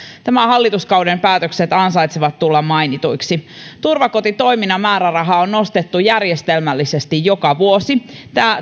tämän hallituskauden päätökset ansaitsevat tulla mainituiksi turvakotitoiminnan määrärahaa on nostettu järjestelmällisesti joka vuosi